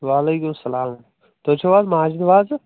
وعلیکُم السلام تُہۍ چھِو حظ ماجِد وازٕ